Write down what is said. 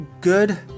good